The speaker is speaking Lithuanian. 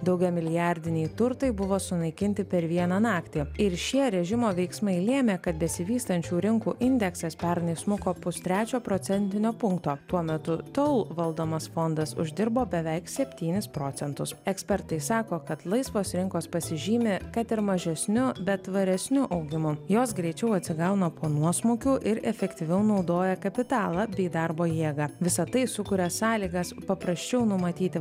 daugiamilijardiniai turtai buvo sunaikinti per vieną naktį ir šie režimo veiksmai lėmė kad besivystančių rinkų indeksas pernai smuko pustrečio procentinio punkto tuo metu tol valdomas fondas uždirbo beveik septynis procentus ekspertai sako kad laisvos rinkos pasižymi kad ir mažesniu bet tvaresnio augimo jos greičiau atsigauna po nuosmukių ir efektyviau naudoja kapitalą bei darbo jėgą visa tai sukuria sąlygas paprasčiau numatyti